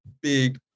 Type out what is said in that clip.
big